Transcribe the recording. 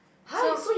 so